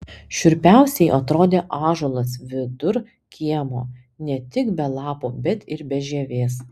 šiurpiausiai atrodė ąžuolas vidur kiemo ne tik be lapų bet ir be žievės